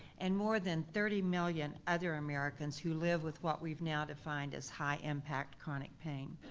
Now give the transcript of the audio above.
and more than thirty million other americans who live with what we've now defined as high-impact chronic pain.